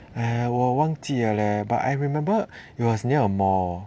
eh 我忘记 leh but I remember it was near a mall